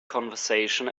conversation